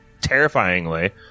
terrifyingly